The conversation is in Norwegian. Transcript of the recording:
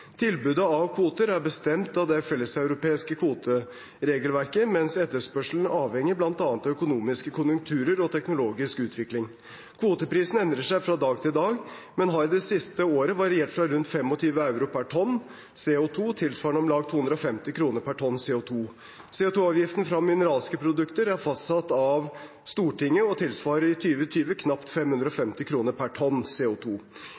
Tilbudet av kvoter er bestemt av det felleseuropeiske kvoteregelverket, mens etterspørselen avhenger bl.a. av økonomiske konjunkturer og teknologisk utvikling. Kvoteprisen endrer seg fra dag til dag, men har det siste året variert rundt 25 euro per tonn CO 2 , tilsvarende om lag 250 kr per tonn CO 2 . CO 2 -avgiften fra mineralske produkter er fastsatt av Stortinget og tilsvarer i 2020 knapt